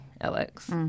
Alex